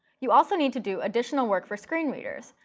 you also need to do additional work for screen readers.